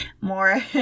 more